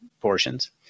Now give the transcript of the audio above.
portions